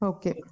Okay